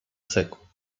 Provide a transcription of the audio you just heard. seco